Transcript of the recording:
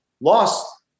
Lost